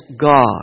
God